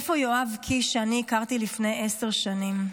איפה יואב קיש שאני הכרתי לפני עשר שנים,